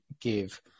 give